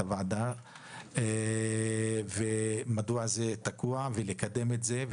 המשפטים, מדוע זה תקוע, וננסה לקדם את זה.